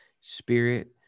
spirit